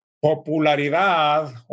popularidad